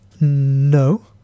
No